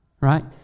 right